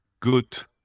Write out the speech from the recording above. good